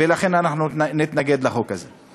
ולכן אנחנו נתנגד לחוק הזה.